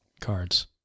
cards